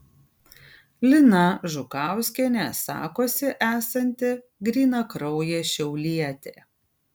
lina žukauskienė sakosi esanti grynakraujė šiaulietė